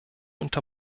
unter